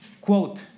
quote